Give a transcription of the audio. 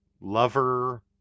lover